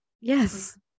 Yes